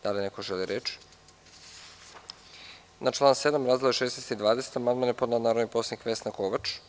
Da li neko želi reč? (Ne.) Na član 7. razdele 16 i 20 amandman je podnela narodni poslanik Vesna Kovač.